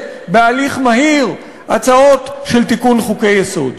בהליך מהיר הצעות של תיקון חוקי-יסוד?